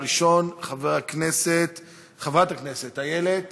הראשונה, חברת הכנסת איילת